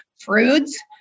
fruits